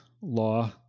law